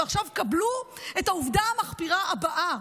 ועכשיו קבלו את העובדה המחפירה הבאה: